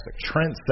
Trent